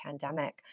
pandemic